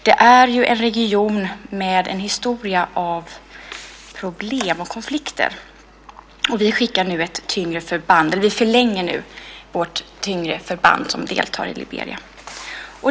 Det är ju en region med en historia av problem och konflikter. Vi förlänger nu tiden för vårt tyngre förband att delta i Liberia.